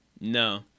No